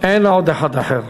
אין עוד אחד אחר.